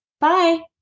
Bye